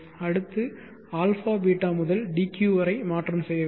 அடுத்து αβ முதல் dq வரை மாற்றம் செய்ய வேண்டும்